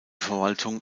verwaltung